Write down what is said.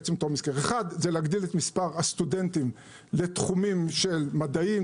1. להגדיל את מספר הסטודנטים לתחומים של מדעים,